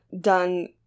done